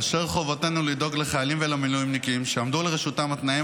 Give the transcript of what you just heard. חובתנו לדאוג לחיילים ולמילואימניקים שיעמדו לרשותם התנאים